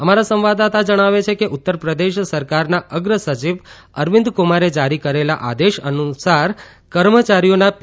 અમારા સંવાદદાતા જણાવે છે કે ઉત્તરપ્રદેશ સરકારના અગ્રસચિવ અરવિંદકુમારે જારી કરેલા આદેશ અનુસાર કર્મચારીઓના પી